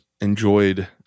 enjoyed